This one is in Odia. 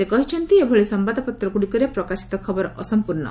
ସେ କହିଛନ୍ତି ଏଭଳି ସମ୍ଭାଦପତ୍ରଗୁଡ଼ିକରେ ପ୍ରକାଶିତ ଖବର ଅସଂପ୍ରର୍ଣ୍ଣ